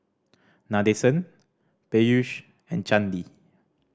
Nadesan Peyush and Chandi